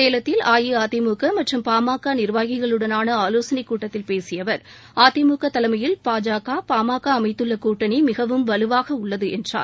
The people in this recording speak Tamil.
சேலத்தில் அஇஅதிமுக மற்றும் பாமக நிர்வாகிகளுடனான ஆவோசனை கூட்டத்தில் பேசிய அவர் அதிமுக தலைமையில் பாஜக பாமக அமைத்துள்ள கூட்டனி மிகவும் வலுவாக உள்ளது என்றார்